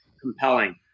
compelling